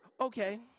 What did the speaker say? Okay